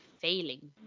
failing